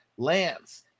Lance